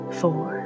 four